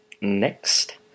Next